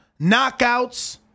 knockouts